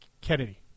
Kennedy